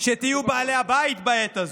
שתהיו בעלי הבית בעת הזאת.